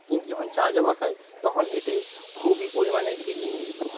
কিন্তু যখন চার্জে বসাই তখন এতে খুবই পরিমাণে হিটিং ইস্যু হয়